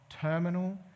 terminal